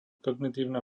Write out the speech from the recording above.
kognitívna